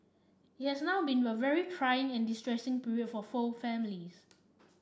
it has not been a very trying and distressing period for for families